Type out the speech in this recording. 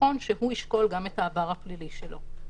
נכון שהוא ישקול גם את העבר הפלילי שלו.